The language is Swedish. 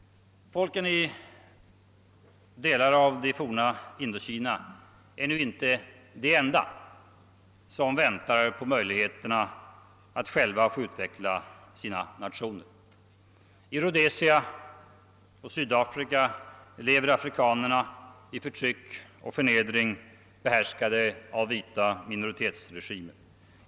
Folken i delar av det forna Indokina är inte de enda som väntar på möjligheterna att själva få utveckla sina nationer. I' Rhodesia och Sydafrika lever afrikanerna i förtryck och förnedring, behärskade av vita minoritetsregimer.